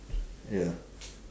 ya